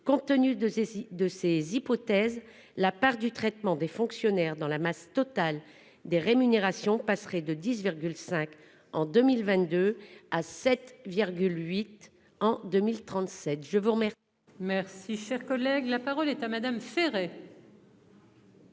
Compte tenu de ces de ces hypothèses, la part du traitement des fonctionnaires dans la masse totale des rémunérations passerait de 15 en 2022 à 7,8 en 2037.